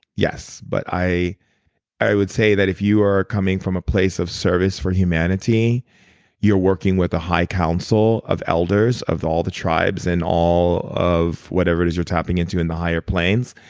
yes, but i i would say that if you are coming from a place of service for humanity you're working with a high council of elders of all the tribes and all of whatever it is you're tapping into in the higher planes.